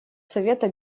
совета